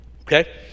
Okay